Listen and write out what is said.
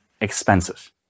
expenses